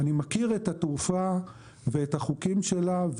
אני מכיר את התעופה ואת החוקים שלה,